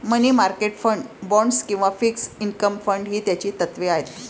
मनी market fund, bonds किंवा fixed income fund ही त्याची तत्त्वे आहेत